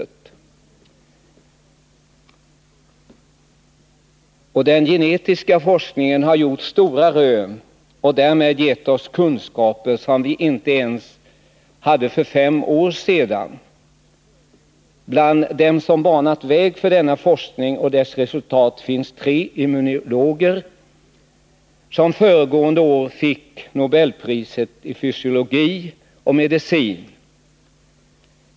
I motionen skriver jag vidare: ”Den genetiska forskningen har i dag gjort stora rön och därmed gett oss kunskaper, som vi inte hade ens för fem år sedan. Bland dem som banat vägen för denna forskning och dess resultat finns tre immunologer, som föregående år fick dela nobelpriset i fysiologi och medicin, ——--.